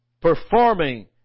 performing